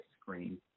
screen